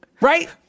right